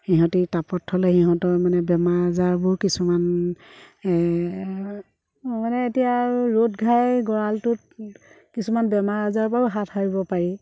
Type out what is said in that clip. সিহঁতি তাপত থ'লে সিহঁতৰ মানে বেমাৰ আজাৰবোৰ কিছুমান মানে এতিয়া আৰু ৰ'দ ঘাই গড়ালটোত কিছুমান বেমাৰ আজাৰৰপৰাও হাত সাৰিব পাৰি